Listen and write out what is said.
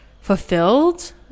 fulfilled